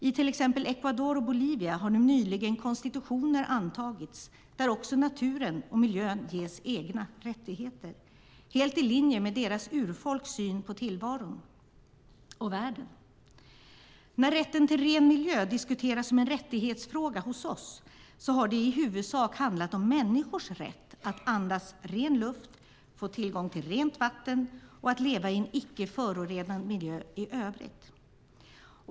I till exempel Ecuador och Bolivia har nyligen konstitutioner antagits där också naturen och miljön ges egna rättigheter - helt i linje med deras urfolks syn på tillvaron och världen. När rätten till ren miljö diskuteras som en rättighetsfråga hos oss har det i huvudsak handlat om människors rätt att andas ren luft, få tillgång till rent vatten och leva i en icke förorenad miljö i övrigt.